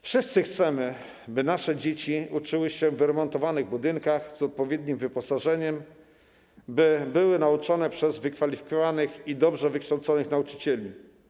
Wszyscy chcemy, by nasze dzieci uczyły się w wyremontowanych budynkach z odpowiednim wyposażeniem, by były nauczane przez wykwalifikowanych, dobrze wykształconych nauczycieli.